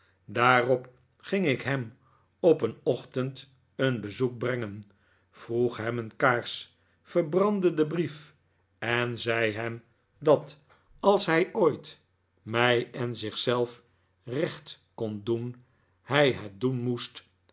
daarbp ging ik hem op een ochtend een bezoek brengen vroeg hem een kaars verbrandde den brief en zei hem dat als hij ooit mij en zich zelf recht kon doen hij het doen moest